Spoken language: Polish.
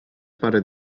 parę